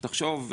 תחשוב,